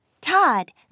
Todd